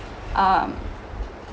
um